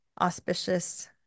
auspicious